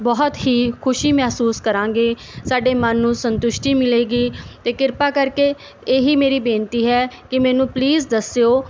ਬਹੁਤ ਹੀ ਖੁਸ਼ੀ ਮਹਿਸੂਸ ਕਰਾਂਗੇ ਸਾਡੇ ਮਨ ਨੂੰ ਸੰਤੁਸ਼ਟੀ ਮਿਲੇਗੀ ਅਤੇ ਕਿਰਪਾ ਕਰਕੇ ਇਹੀ ਮੇਰੀ ਬੇਨਤੀ ਹੈ ਕਿ ਮੈਨੂੰ ਪਲੀਜ਼ ਦੱਸਿਓ